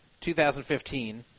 2015